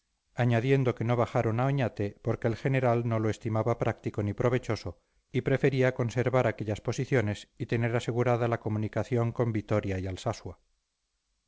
añadiendo que no bajaron a oñate porque el general no lo estimaba práctico ni provechoso y prefería conservar aquellas posiciones y tener asegurada la comunicación con vitoria y